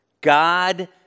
God